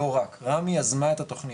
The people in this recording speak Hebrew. לא רק, רמ"י יזמה את התוכניות,